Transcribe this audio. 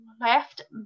left